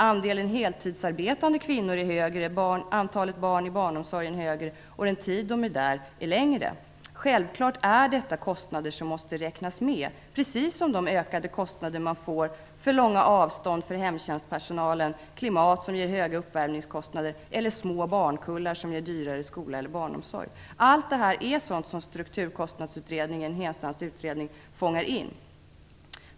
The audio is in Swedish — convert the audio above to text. Andelen heltidsarbetande kvinnor är högre, antalet barn i barnomsorgen är större och den tid de tillbringar där är längre. Självfallet är detta kostnader som måste räknas med, likaväl som de ökade kostnader man får för långa avstånd för hemtjänstpersonalen, klimat som ger höga uppvärmningskostnader eller små barnkullar som ger dyrare skola eller barnomsorg. Allt det här är sådant som Strukturkostnadsutredningen och Henstrands utredning fångar in.